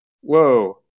whoa